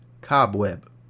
cobweb